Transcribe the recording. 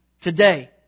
today